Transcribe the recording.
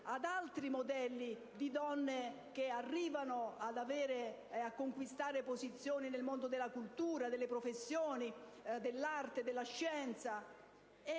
di altri modelli di donne quelle che arrivano a conquistare posizioni nel mondo della cultura, delle professioni, dell'arte e della scienza.